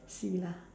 see lah